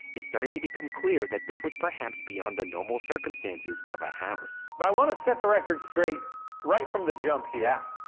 it started to become clear that this was perhaps beyond the normal circumstances of a house. but i wanna set the record straight right from the jump here. yeah.